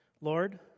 Lord